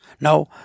No